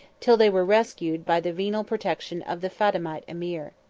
till they were rescued by the venal protection of the fatimite emir.